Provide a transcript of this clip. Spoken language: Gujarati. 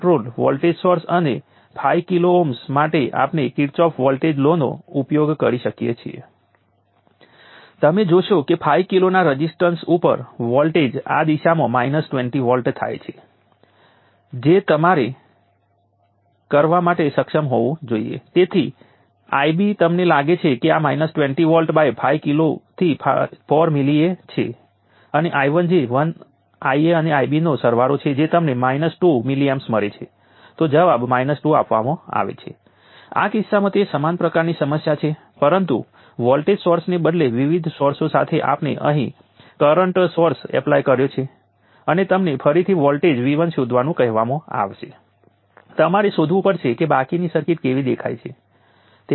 આ ખૂબ જ જટિલ હતું V પોતે અમુક પ્રકારનું વૈવિધ્ય ધરાવે છે જે આપણે સ્પષ્ટ કર્યું ન હતું કે તે શું છે તેનો ટાઈમ ડેરિવેટિવ જટિલ લાગે છે અને છેલ્લે આપણે તેનું મૂલ્યાંકન કેવી રીતે કર્યું જે તેનું ઇન્ટિગ્રલ છે પરંતુ તે ખૂબ જ સરળ બન્યું છે અને તે વેવફોર્મની કોઈ પણ વિગતો ઉપર આધાર રાખતું નથી જે તમને ખ્યાલ છે કે VdVdtએ કશું જ નથી પરંતુ તે V2ના ટાઈમ ડેરિવેટિવ સાથે સંબંધિત કંઈક છે V2નું ટાઈમ ડેરિવેટિવ 2VdVdtછે